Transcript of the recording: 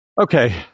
Okay